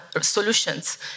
solutions